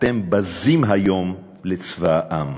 אתם בזים היום לצבא העם.